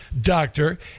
doctor